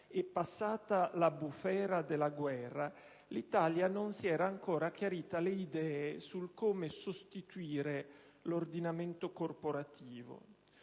e passata la bufera della guerra, l'Italia non si era ancora chiarita le idee sul come sostituire l'ordinamento corporativo.